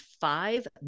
five